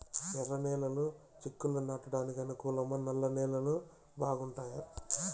ఎర్రనేలలు చిక్కుళ్లు నాటడానికి అనుకూలమా నల్ల నేలలు బాగుంటాయా